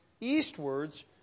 eastwards